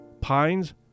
pines